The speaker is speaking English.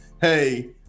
hey